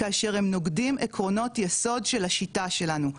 כאשר הם נוגדים את עקרונות יסוד של השיטה שלנו,